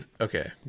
okay